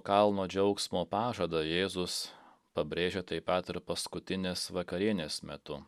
kalno džiaugsmo pažadą jėzus pabrėžia tai pat ir paskutinės vakarienės metu